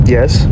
Yes